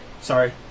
Sorry